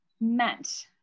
meant